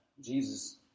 Jesus